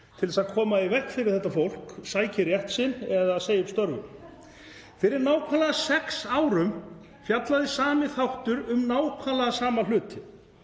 til þess að koma í veg fyrir að þetta fólk sæki rétt sinn eða segi upp störfum. Fyrir nákvæmlega sex árum fjallaði sami þáttur um nákvæmlega sama hlutinn